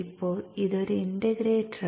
ഇപ്പോൾ ഇതൊരു ഇന്റഗ്രേറ്ററാണ്